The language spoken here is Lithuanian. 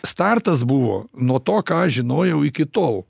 startas buvo nuo to ką aš žinojau iki tol